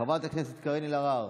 חברת הכנסת קארין אלהרר,